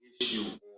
issue